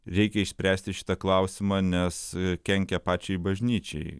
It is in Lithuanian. reikia išspręsti šitą klausimą nes kenkia pačiai bažnyčiai